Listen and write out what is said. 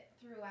throughout